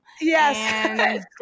Yes